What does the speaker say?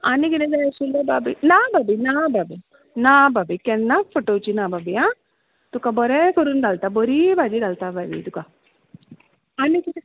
आनी कितें जाय आशिल्लें भाभी ना भाभी ना भाभी ना भाभी केन्नाच फटोवची ना भाभी आं तुका बरें करून घालतां बरी भाजी घालतां भाभी तुका आनी कितें